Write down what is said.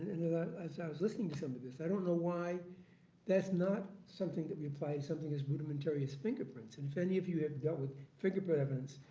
and as i was listening to some of this, i don't know why that's not something that we apply in something as fundamental as fingerprints. and if any of you have dealt with fingerprint evidence,